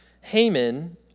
Haman